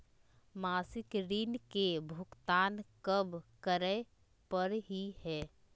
मासिक ऋण के भुगतान कब करै परही हे?